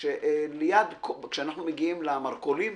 שכשאנחנו מגיעים למרכולים